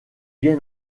bien